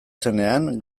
zenean